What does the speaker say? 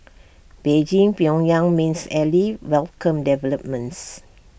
Beijing pyongyang mains ally welcomed developments